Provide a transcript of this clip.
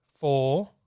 four